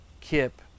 Kip